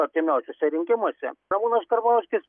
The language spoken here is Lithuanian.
artimiausiuose rinkimuose ramūnas karbauskis